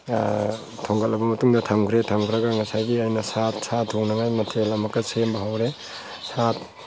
ꯊꯣꯡꯒꯠꯂꯕ ꯃꯇꯨꯡꯗ ꯊꯝꯈ꯭ꯔꯦ ꯊꯝꯈ꯭ꯔꯒ ꯉꯁꯥꯏꯒꯤ ꯑꯩꯅ ꯁꯥ ꯁꯥ ꯊꯣꯡꯅꯕ ꯃꯊꯦꯜ ꯑꯃꯨꯛꯀ ꯁꯦꯝꯕ ꯍꯧꯔꯦ ꯁꯥ